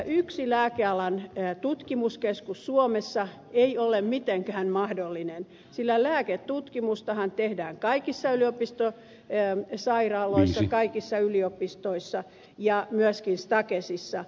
yksi lääkealan tutkimuskeskus suomessa ei ole mitenkään mahdollinen sillä lääketutkimustahan tehdään kaikissa yliopistosairaaloissa kaikissa yliopistoissa ja myöskin stakesissa